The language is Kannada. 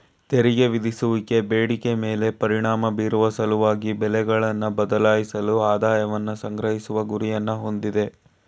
ತೆರಿಗೆ ವಿಧಿಸುವಿಕೆ ಬೇಡಿಕೆ ಮೇಲೆ ಪರಿಣಾಮ ಬೀರುವ ಸಲುವಾಗಿ ಬೆಲೆಗಳನ್ನ ಬದಲಾಯಿಸಲು ಆದಾಯವನ್ನ ಸಂಗ್ರಹಿಸುವ ಗುರಿಯನ್ನ ಹೊಂದಿದೆ